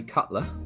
Cutler